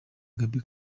gaby